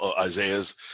Isaiah's